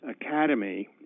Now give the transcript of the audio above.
academy